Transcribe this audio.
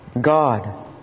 God